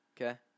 Okay